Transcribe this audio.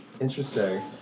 Interesting